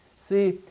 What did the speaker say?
See